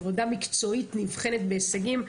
עבודה מקצועית נבחנת בהישגים.